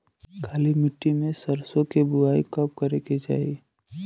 काली मिट्टी में सरसों के बुआई कब करे के चाही?